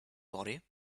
body